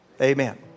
Amen